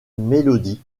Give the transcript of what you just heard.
mélodies